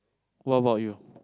what about you